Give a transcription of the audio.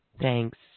Thanks